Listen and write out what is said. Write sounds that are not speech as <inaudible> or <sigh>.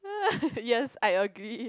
<laughs> yes I agree